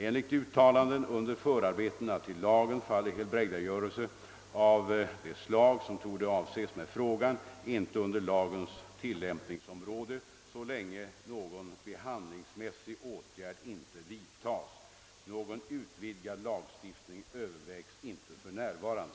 Enligt uttalanden under förarbetena till lagen faller helbrägdagörelse av det slag som torde avses med frågan inte under lagens tillämpningsområde så länge någon behandlingsmässig åtgärd inte vidtas. Någon utvidgad lagstiftning övervägs inte för närvarande.